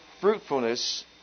fruitfulness